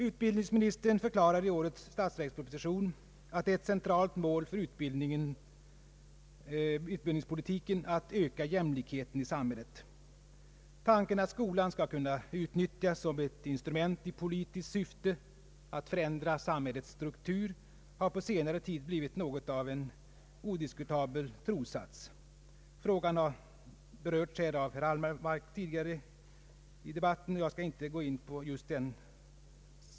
Utbildningsministern förklarar i årets statsverksproposition att det är ett centralt mål för utbildningspolitiken att öka jämlikheten i samhället. Tanken att skolan skall kunna utnyttjas som ett instrument i politiskt syfte — för att ändra samhällets struktur — har på senare tid blivit något av en odiskutabel trossats. Frågan har berörts av herr Wallmark tidigare i debatten och jag skall därför inte gå in på den.